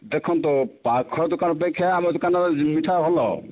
ଦେଖନ୍ତୁ ପାଖ ଦୋକାନ ଅପେକ୍ଷା ଆମ ଦୋକାନର ମିଠା ଭଲ